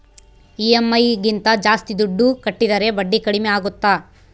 EMI ಗಿಂತ ಜಾಸ್ತಿ ದುಡ್ಡು ಕಟ್ಟಿದರೆ ಬಡ್ಡಿ ಕಡಿಮೆ ಆಗುತ್ತಾ?